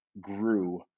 grew